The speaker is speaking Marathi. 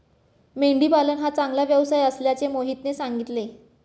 मेंढी पालन हा चांगला व्यवसाय असल्याचे मोहितने सांगितले